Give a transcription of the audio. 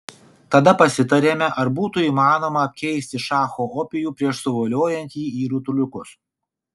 tada pasitarėme ar būtų įmanoma apkeisti šacho opijų prieš suvoliojant jį į rutuliukus